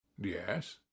Yes